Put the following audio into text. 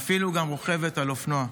ואפילו גם רוכבת על אופנוע.